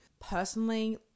Personally